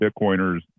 Bitcoiners